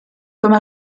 comme